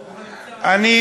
ברוך הנמצא.